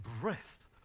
breath